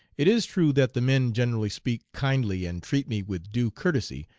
it is true that the men generally speak kindly and treat me with due courtesy,